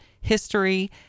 history